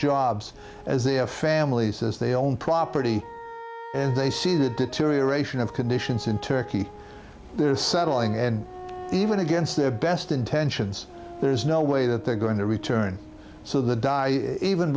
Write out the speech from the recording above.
jobs as they have families as they own property and they see the deterioration of conditions in turkey they're settling and even against their best intentions there's no way that they're going to return so the